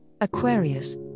Aquarius